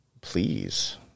please